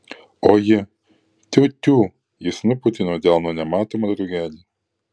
o ji tiu tiū jis nupūtė nuo delno nematomą drugelį